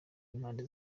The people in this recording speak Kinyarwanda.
y’impande